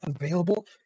available